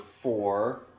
four